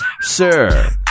Sir